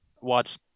watch